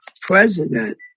president